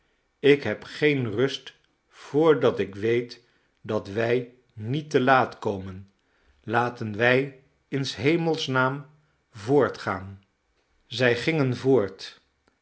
ik heb geen rust voordat ik weet dat wij niet te laat komen laten wij in s hemels naam voortgaan zij gingen voort